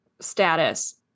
status